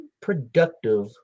productive